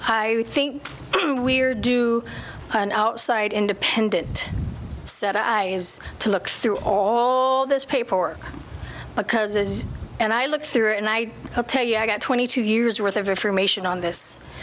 i think we're due an outside independent set i is to look through all this paperwork because as and i look through it and i tell you i got twenty two years worth of information on this